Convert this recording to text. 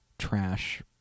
trash